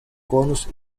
conos